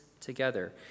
together